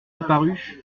apparu